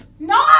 No